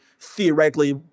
theoretically